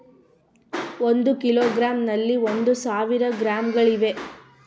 ಒಂದು ಕಿಲೋಗ್ರಾಂ ನಲ್ಲಿ ಒಂದು ಸಾವಿರ ಗ್ರಾಂಗಳಿವೆ